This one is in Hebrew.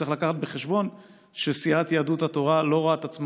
צריך לקחת בחשבון שסיעת יהדות התורה לא רואה את עצמה